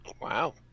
wow